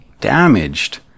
damaged